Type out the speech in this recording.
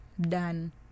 Done